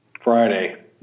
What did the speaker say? Friday